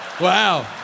Wow